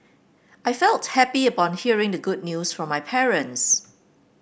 I felt happy upon hearing the good news from my parents